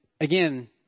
again